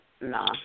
nah